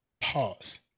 Pause